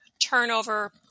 Turnover